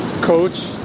coach